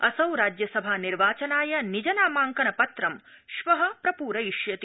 असौ राज्यसभा निर्वाचनाय निज नामांकन पत्रम् श्व पूर्यिष्यति